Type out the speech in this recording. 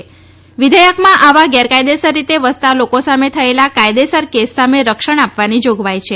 આ વિધેયકમાં આવા ગેરકાયદેસરરીતે વસતા લોકો સામે થયેલ કાયદેસર કેસ સામે રક્ષણ આપવાની જોગવાઈ છે